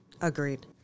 Agreed